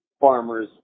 farmers